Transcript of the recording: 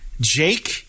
Jake –